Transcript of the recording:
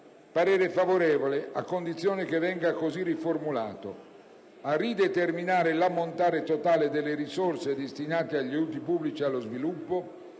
parere favorevole, a condizione che venga così riformulato: «a rideterminare l'ammontare totale delle risorse destinate agli aiuti pubblici allo sviluppo